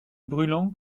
brûlant